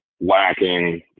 lacking